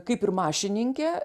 kaip ir mašininke